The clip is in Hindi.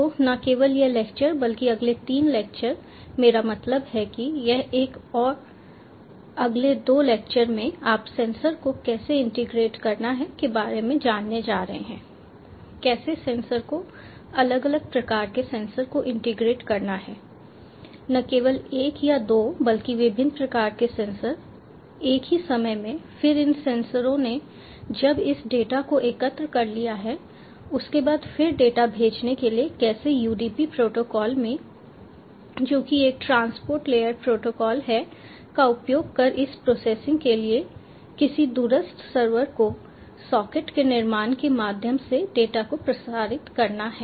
तो न केवल यह लेक्चर बल्कि अगले 3 लेक्चर मेरा मतलब है कि यह एक और अगले 2 लेक्चर में आप सेंसर को कैसे इंटीग्रेट करना है के बारे में जानने जा रहे हैं कैसे सेंसर को अलग अलग प्रकार के सेंसर को इंटीग्रेट करना है न केवल एक या दो बल्कि विभिन्न प्रकार के सेंसर एक ही समय में फिर इन सेंसरों ने जब इस डेटा को एकत्र कर लिया है उसके बाद फिर डेटा भेजने के लिए कैसे यूडीपी प्रोटोकॉल में जो कि एक ट्रांसपोर्ट लेयर प्रोटोकॉल है का उपयोग कर उस प्रोसेसिंग के लिए किसी दूरस्थ सर्वर को सॉकेट के निर्माण के माध्यम से डेटा को प्रसारित करना है